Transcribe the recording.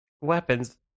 weapons